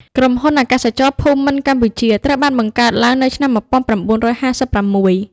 ក្រុមហ៊ុនអាកាសចរភូមិន្ទកម្ពុជា ត្រូវបានបង្កើតឡើងនៅឆ្នាំ ១៩៥៦។